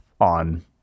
on